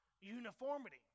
uniformity